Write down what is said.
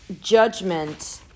Judgment